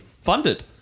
funded